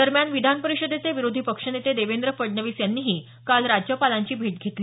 दरम्यान विधान परिषदेचे विरोधी पक्षनेते देवेंद्र फडणवीस यांनीही काल राज्यपालांची भेट घेतली